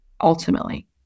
ultimately